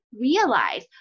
realize